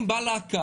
אם באה להקה,